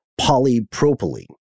polypropylene